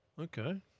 Okay